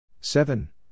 seven